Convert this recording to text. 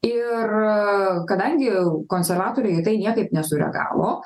ir kadangi konservatoriai į tai niekaip nesureagavo